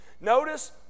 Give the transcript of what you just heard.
Notice